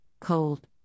cold